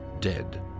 dead